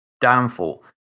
downfall